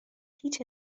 هیچ